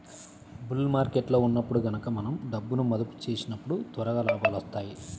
bull మార్కెట్టులో ఉన్నప్పుడు గనక మనం డబ్బును మదుపు చేసినప్పుడు త్వరగా లాభాలొత్తాయి